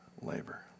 labor